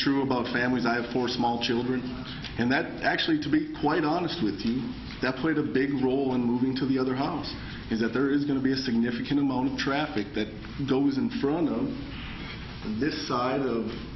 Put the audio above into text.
true about families i have four small children and that actually to be quite honest with you that played a big role in moving to the other house is that there is going to be a significant amount of traffic that goes in front of this side of